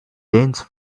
dense